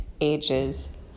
ages